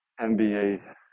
NBA